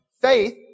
faith